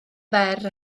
fer